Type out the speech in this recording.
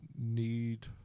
need